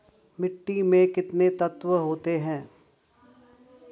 मिट्टी में कितने तत्व होते हैं?